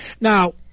Now